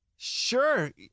Sure